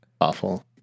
awful